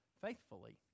faithfully